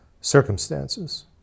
circumstances